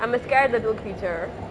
I'm a scared little creature